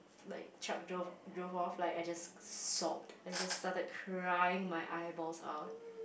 like truck drove off like I just sobbed I just started crying my eyeballs out